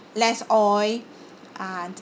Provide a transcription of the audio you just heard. less oil and